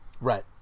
Right